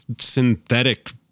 synthetic